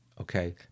Okay